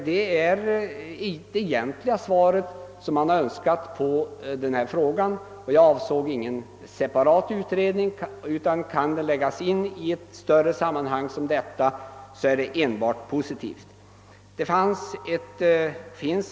Det är egentligen det svar som jag önskade få på denna fråga. Jag ville inte ha någon separat utredning. Kan den göras i ett större sammanhang är det enbart positivt.